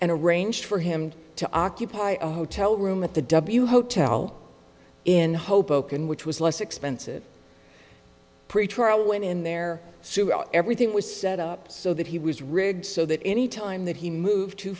and arranged for him to occupy a hotel room at the w hotel in hoboken which was less expensive pretrial went in there everything was set up so that he was rigged so that any time that he moved too